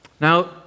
Now